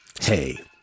Hey